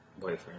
Boyfriend